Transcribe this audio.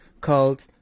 called